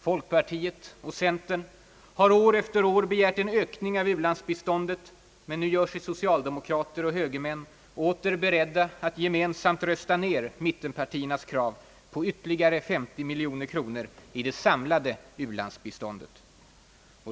Folkpartiet och centern har år efter år begärt en ökning av u-landsbiståndet — men nu gör sig socialdemokrater och högermän återigen beredda att gemensamt rösta ner mittenpartiernas krav på ytterligare 50 miljoner i det planerade u-landsbiståndet.